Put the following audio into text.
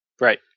Right